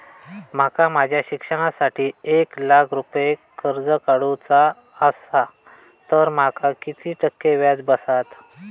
माका माझ्या शिक्षणासाठी एक लाख रुपये कर्ज काढू चा असा तर माका किती टक्के व्याज बसात?